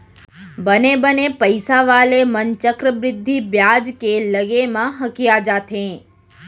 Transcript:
बने बने पइसा वाले मन चक्रबृद्धि बियाज के लगे म हकिया जाथें